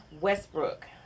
Westbrook